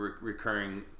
recurring